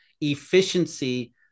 efficiency